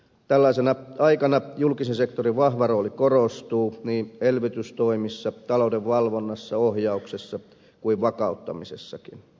tällaisena aikana julkisen sektorin vahva rooli korostuu niin elvytystoimissa talouden valvonnassa ohjauksessa kuin vakauttamisessakin